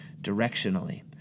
directionally